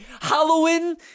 Halloween